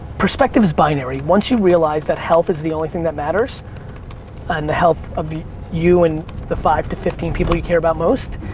perspective is binary. once you realize that health is the only thing that matters and the health of you and the five to fifteen people you care about most,